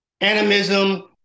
Animism